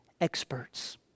experts